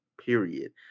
period